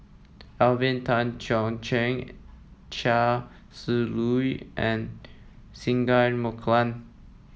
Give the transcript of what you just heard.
Alvin Tan Cheong Kheng Chia Shi Lu and Singai Mukilan